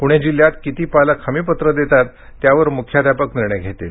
पुणे जिल्ह्यात किती पालक हमीपत्र देतात त्यावर मुख्याध्यापक निर्णय घेणार आहेत